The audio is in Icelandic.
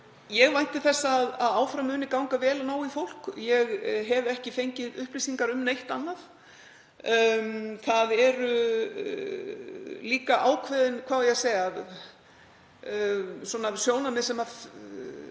Ég vænti þess að áfram muni ganga vel að ná í fólk. Ég hef ekki fengið upplýsingar um neitt annað. Það eru líka ákveðin sjónarmið sem